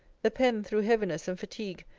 the pen, through heaviness and fatigue,